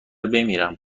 بمیرم